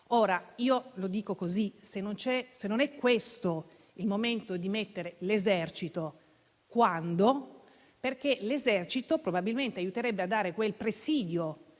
Ora, io lo dico così. Se non è questo il momento di mettere l'Esercito, quando? L'Esercito probabilmente aiuterebbe a dare quel presidio